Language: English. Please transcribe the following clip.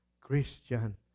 Christian